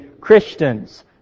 Christians